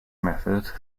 method